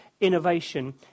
innovation